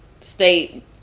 state